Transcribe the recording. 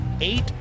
Eight